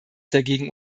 dagegen